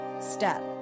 step